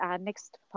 next